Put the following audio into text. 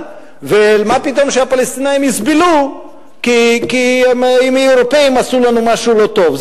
ומה פתאום שהפלסטינים יסבלו אם האירופים עשו לנו משהו לא טוב.